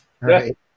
Right